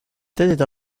tête